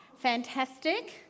fantastic